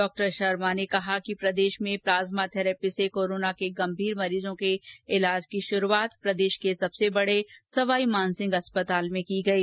डॉ शर्मा ने कहा कि प्रदेश में प्लाज्मा थैरेपी से कोरोना के गंभीर मरीजों के इलाज की शुरुआत प्रदेश के सबसे बड़े सवाई मानसिंह अस्पताल में की गई